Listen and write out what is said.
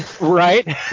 Right